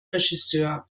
regisseur